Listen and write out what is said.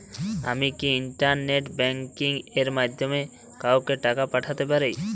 আমি কি internet banking এর মাধ্যমে কাওকে টাকা পাঠাতে পারি?